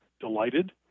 delighted